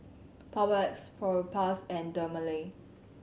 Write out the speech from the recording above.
Papulex Propass and Dermale